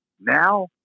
Now